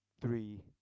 three